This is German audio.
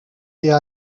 eher